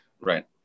Right